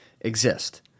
exist